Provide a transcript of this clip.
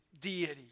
Deity